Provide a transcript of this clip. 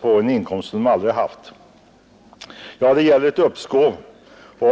för en inkomst som de aldrig haft. Vi begär här ett uppskov med beskattningen.